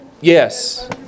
Yes